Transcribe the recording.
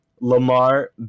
Lamar